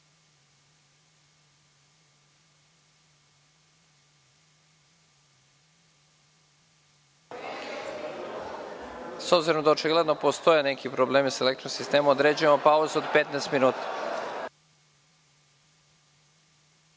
obzirom da očigledno postoje neki problemi sa elektronskim sistemom, određujem pauzu od 15 minuta.(Posle